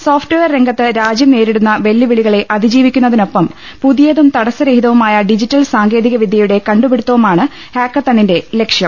soft wear രംഗത്ത് രാജ്യം നേരിടുന്ന വെല്ലുവിളികളെ അതിജീവിക്കുന്നതിനൊപ്പം പുതിയതും തടസ്സ രഹിതവുമായ ഡിജിറ്റൽ സാങ്കേതിക വിദ്യയുടെ കണ്ടുപിടുത്തവുമാണ് ഹാക്കത്തണിന്റെ ലക്ഷ്യം